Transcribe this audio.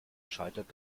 scheitert